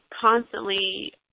constantly